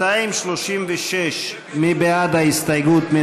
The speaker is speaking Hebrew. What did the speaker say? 236, מי בעד ההסתייגות?